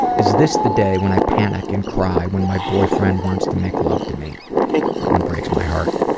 is this the day when i panic and cry when my boyfriend wants to make love to me? that one breaks my heart.